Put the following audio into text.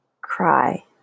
cry